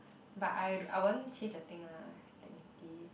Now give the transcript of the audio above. but I I won't change the thing lah technically